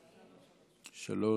שלוש.